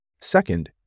Second